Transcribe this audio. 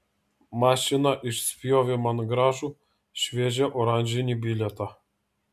mašina išspjovė man gražų šviežią oranžinį bilietą